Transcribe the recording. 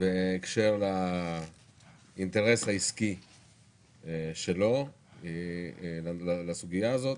בהקשר לאינטרס העסקי שלו לסוגיה הזאת,